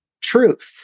truth